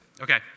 Okay